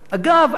אגב,